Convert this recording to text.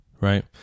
right